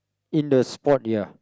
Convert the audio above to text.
in the sport ya